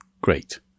Great